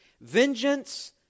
vengeance